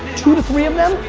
two to three of them,